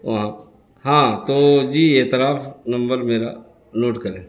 وہاں ہاں تو جی اعتراف نمبر میرا نوٹ کریں